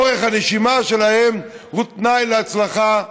אורך הנשימה שלהם הוא תנאי להצלחה,